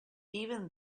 even